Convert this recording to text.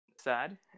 sad